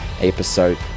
episode